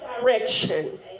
direction